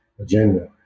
agenda